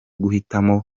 guhitamo